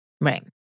Right